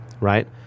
right